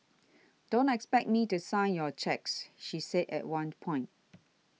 don't expect me to sign your cheques she said at one point